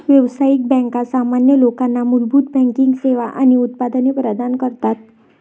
व्यावसायिक बँका सामान्य लोकांना मूलभूत बँकिंग सेवा आणि उत्पादने प्रदान करतात